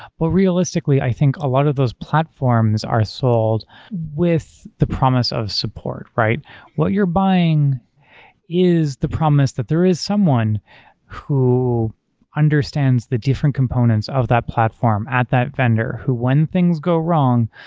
well, realistically, i think a lot of those platforms are sold with the promise of support. what you're buying is the promise that there is someone who understands the different components of that platform at that vendor who, when things go wrong,